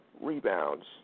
rebounds